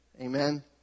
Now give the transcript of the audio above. Amen